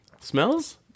Smells